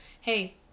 hey